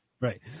Right